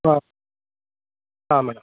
ಹಾಂ ಹಾಂ ಮೇಡಮ್